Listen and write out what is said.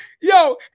yo